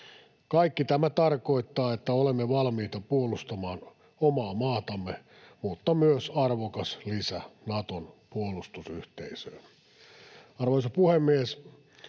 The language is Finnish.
Kaikki tämä tarkoittaa, että olemme valmiita puolustamaan omaa maatamme, mutta olemme myös arvokas lisä Naton puolustusyhteisöön. Arvoisa puhemies!